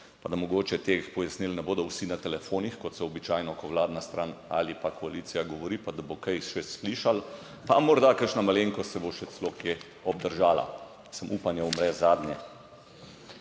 pa da mogoče teh pojasnil ne bodo vsi na telefonih, kot so običajno, ko vladna stran ali pa koalicija govori pa, da bo kaj še slišali, pa morda kakšna malenkost se bo še celo kje obdržala, upanje umre zadnje.